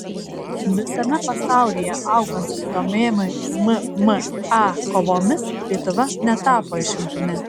visame pasaulyje augant susidomėjimui mma kovomis lietuva netapo išimtimi